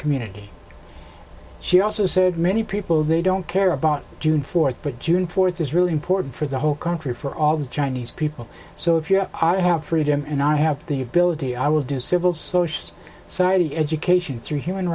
community she also said many people they don't care about june fourth but june fourth is really important for the whole country for all the chinese people so if you have i have freedom and i have the ability i will do civil social side of education through human